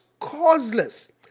causeless